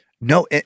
No